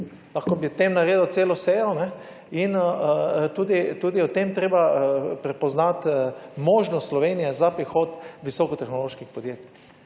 Lahko bi o tem naredil celo sejo, in tudi o tem je treba prepoznati možnost Slovenije za prihod visokotehnoloških podjetij.